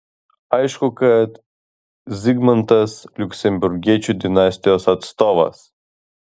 aišku kad zigmantas liuksemburgiečių dinastijos atstovas